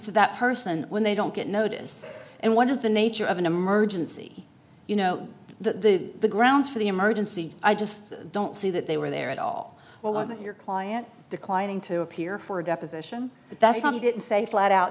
to that person when they don't get notice and what is the nature of an emergency you know the the grounds for the emergency i just don't see that they were there at all or was it your client declining to appear for a deposition that some didn't say flat out